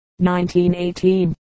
1918